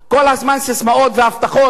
כל הזמן ססמאות והבטחות.